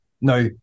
Now